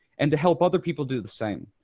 and to help other people do the same.